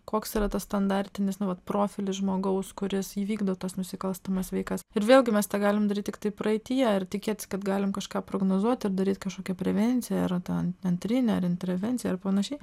koks yra tas standartinis nu vat profilis žmogaus kuris įvykdo tuos nusikalstamas veikas ir vėlgi mes tegalim daryt tiktai praeityje ir tikėtis kad galim kažką prognozuot ir daryt kažkokią prevenciją ir a tan antrinę ar intrervenciją ar panašiai